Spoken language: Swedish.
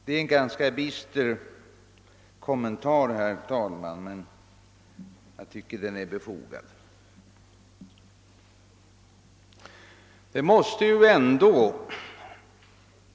Det är en ganska bister kommentar,. herr talman, men jag tycker att den är befogad.